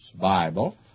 Bible